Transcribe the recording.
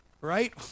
right